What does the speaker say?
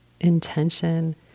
intention